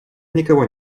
никого